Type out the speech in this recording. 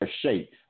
shape